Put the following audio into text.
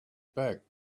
back